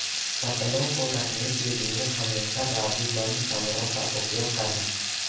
फसलों को रखने के लिए हमेशा राजू बंद कमरों का उपयोग करना